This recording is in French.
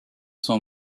son